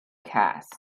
cast